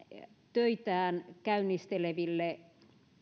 töitään käynnisteleville